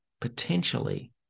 potentially